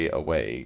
away